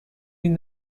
این